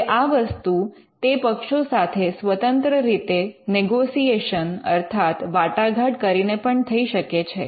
હવે આ વસ્તુ તે પક્ષો સાથે સ્વતંત્ર રીતે નિગોશિએશન અર્થાત વાટાઘાટ કરીને પણ થઈ શકે છે